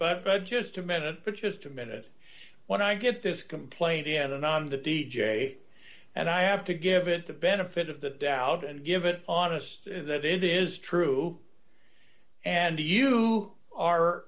but but just a minute purchased a minute when i get this complaint in the non the d j and i have to give it the benefit of the doubt and give it honest is that it is true and you are